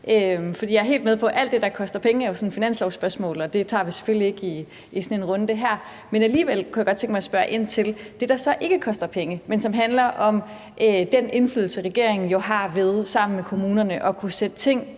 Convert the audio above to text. på. Jeg er helt med på, at alt det, der koster penge, er finanslovsspørgsmål, og det tager vi selvfølgelig ikke i sådan en runde her. Men alligevel kunne jeg godt tænke mig at spørge ind til det, der så ikke koster penge, men som handler om den indflydelse, regeringen har, ved, sammen med kommunerne, at kunne sætte ting